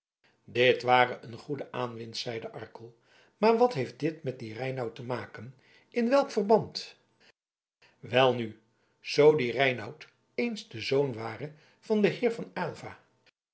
dit ware een goede aanwinst zeide arkel maar wat heeft dit met dien reinout te maken in welk verband welnu zoo die reinout eens de zoon ware van den heer van aylva